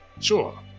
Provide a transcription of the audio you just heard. Sure